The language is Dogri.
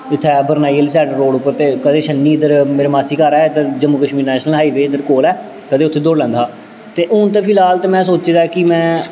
इत्थै बरनाई आह्ली साइड रोडट उप्पर ते कदें छन्नी इद्धर मेरे मासी घर ऐ इद्धर जम्मू कश्मीर नैश्नल हाईवे इद्धर कोल ऐ कदें उत्थै दौड़ी लैंदा हा ते हून ते फिलहाल ते में सोच्चे दा ऐ कि में